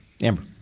Amber